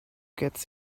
gets